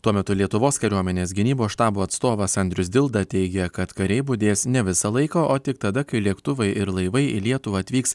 tuo metu lietuvos kariuomenės gynybos štabo atstovas andrius dilda teigė kad kariai budės ne visą laiką o tik tada kai lėktuvai ir laivai į lietuvą atvyks